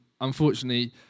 unfortunately